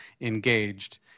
engaged